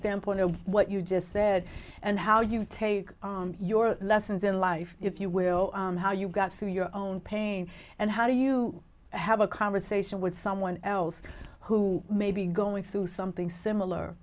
standpoint of what you just said and how you take your lessons in life if you will how you got to your own pain and how do you have a conversation with someone else who may be going through something